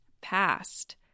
Past